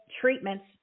treatments